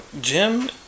Jim